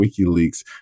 WikiLeaks